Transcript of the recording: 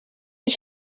ich